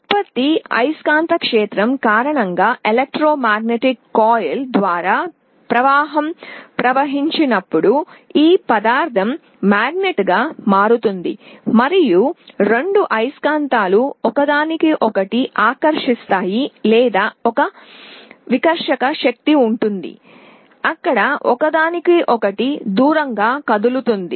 ఉత్పత్తి అయస్కాంత క్షేత్రం కారణంగా విద్యుదయస్కాంత కాయిల్ ద్వారా ప్రవాహం ప్రవహించినప్పుడు ఈ పదార్థం అయస్కాంతంగా మారుతుంది మరియు రెండు అయస్కాంతాలు ఒకదానికొకటి ఆకర్షిస్తాయి లేదా ఒక వికర్షక శక్తి ఉంటుంది అక్కడ ఒకదానికొకటి దూరంగా కదులుతుంది